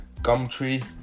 Gumtree